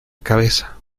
cabeza